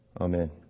Amen